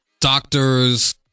doctors